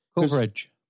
Coverage